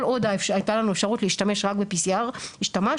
כל עוד הייתה לנו אפשרות להשתמש רק ב-PCR השתמשנו,